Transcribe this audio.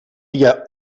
dia